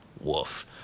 Woof